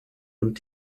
und